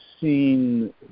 seen